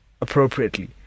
appropriately